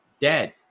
dead